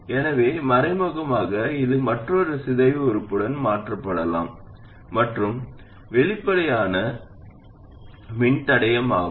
எனவே மறைமுகமாக இது மற்றொரு சிதைவு உறுப்புடன் மாற்றப்படலாம் மற்றும் வெளிப்படையான வேட்பாளர் மின்தடையம் ஆகும்